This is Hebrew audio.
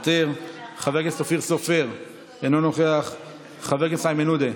מאחר שהסתייגות מס' 53 הוסרה על ידי הרשימה המשותפת,